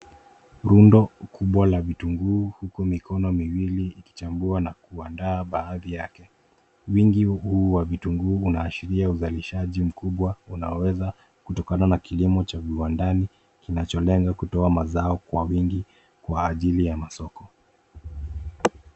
Rundo kubwa la vitunguu huku mikono miwili ikichambua na kuandaa baadhi yake. Wingi huu wa vitunguu unaashiria uzalishaji mkubwa unaoweza kutokana na kilimo cha viwandani kinacholenga kutoa mazao kwa wingi kwa ajili ya masoko.